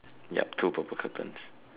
yup two purple curtains